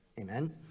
Amen